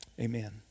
Amen